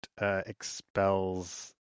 expels